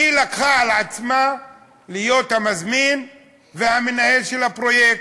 לקחה על עצמה להיות המזמין והמנהל של הפרויקט,